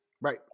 Right